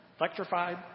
electrified